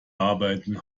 arbeiten